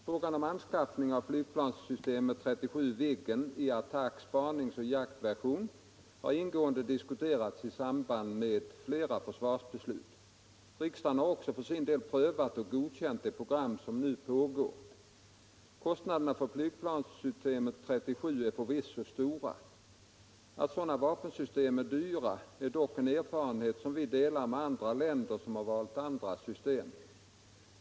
Frågan om anskaffningen av fAlygplanssystemet 37 Viggen — i attack-, spaningsoch jaktversioner — har ingående diskuterats i samband med flera försvarsbeslut. Riksdagen har också för sin del prövat och godkänt det program som nu pågår. Kostnaderna för flygplanssystem 37 är förvisso stora. Att sådana vapensystem är dyra är dock en erfarenhet som vi delar med andra länder som har valt andra system.